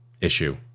issue